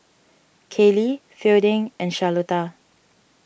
Kayley Fielding and Charlotta